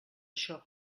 això